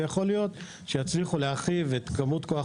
ויכול להיות שהם יצליחו להרחיב את כמות כוח